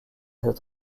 cet